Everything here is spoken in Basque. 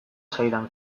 zaidan